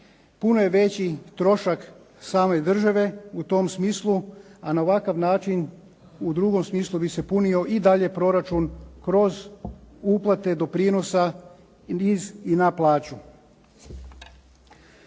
puno je veći trošak same države u tom smislu a na ovakav način u drugom smislu bi se punio i dalje proračun kroz uplate doprinosa iz i na plaću.